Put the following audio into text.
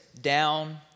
down